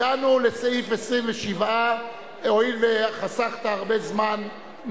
הגענו לסעיף 27. הואיל וחסכת הרבה זמן,